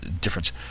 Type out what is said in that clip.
difference